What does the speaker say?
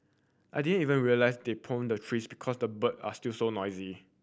I didn't even realise they pruned the trees because the bird are still so noisy